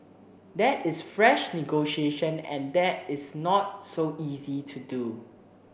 that is fresh negotiation and that is not so easy to do